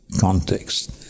context